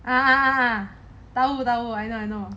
ah ah ah ah I know I know